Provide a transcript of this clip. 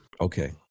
Okay